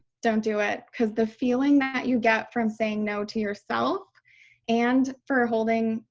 don't do it because the feeling that you got from saying no to yourself and for holding.